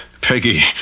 peggy